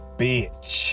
bitch